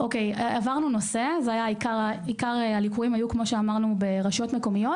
עוברים נושא, עיקר הליקויים היו ברשויות המקומיות.